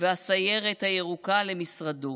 והסיירת הירוקה למשרדו.